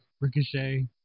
Ricochet